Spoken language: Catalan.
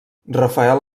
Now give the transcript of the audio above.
rafael